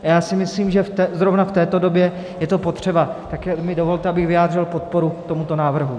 A já si myslím, že zrovna v této době je to potřeba, tak mi dovolte, abych vyjádřil podporu tomuto návrhu.